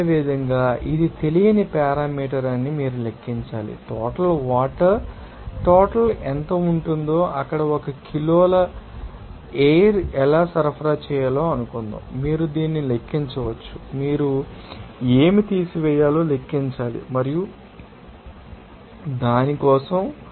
అదేవిధంగా ఇది తెలియని పారామీటర్ అని మీరు లెక్కించవచ్చు టోటల్ వాటర్ టోటల్ ఎంత ఉంటుందో అక్కడ ఒక కిలోల ఎయిర్ ఎలా సరఫరా చేయాలో అనుకుందాం